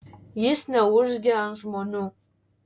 jis neurzgia ant žmonių